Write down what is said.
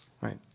right